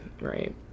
right